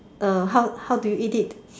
uh how how do you eat it